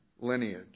lineage